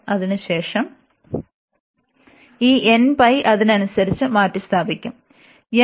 അതിനുശേഷം ഈ അതിനനുസരിച്ച് മാറ്റിസ്ഥാപിക്കും ഉം